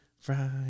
Friday